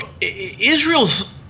Israel's